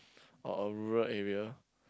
or a rural area